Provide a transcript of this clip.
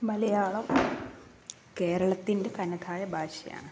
മലയാളം കേരളത്തിൻ്റെ തനതായ ഭാഷയാണ്